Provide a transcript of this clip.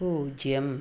പൂജ്യം